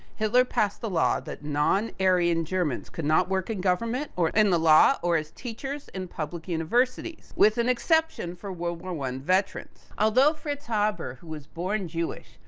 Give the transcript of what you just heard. hitler passed the law that non aryan germans, could not work in government or in the law, or as teachers in public universities. with an exception for world war one veterans. although, fritz haber, who was born jewish,